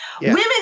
women